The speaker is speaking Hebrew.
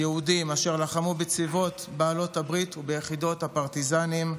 יהודים אשר לחמו בצבאות בעלות הברית וביחידות הפרטיזנים,